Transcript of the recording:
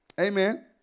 Amen